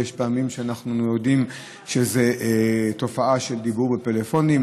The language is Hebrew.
ויש פעמים שאנחנו יודעים שזו תופעה של דיבור בפלאפונים,